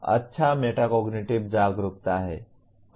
यह अच्छा मेटाकोग्निटिव जागरूकता है